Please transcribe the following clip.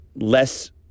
less